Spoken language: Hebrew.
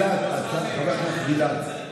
הכנסת גלעד,